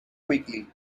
quickly